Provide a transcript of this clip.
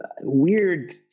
weird